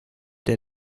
der